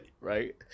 Right